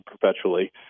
perpetually